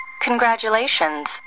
Congratulations